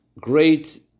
great